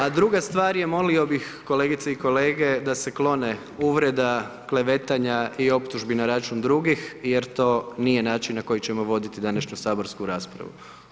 A druga stvar je molio bih kolegice i kolege da se klone uvreda, klevetanja i optužbi na račun drugih jer to nije način na koji ćemo voditi današnju saborsku raspravu.